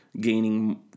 gaining